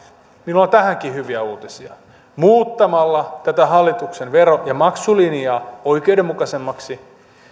minulla on tähänkin hyviä uutisia muuttamalla tätä hallituksen vero ja maksulinjaa oikeudenmukaisemmaksi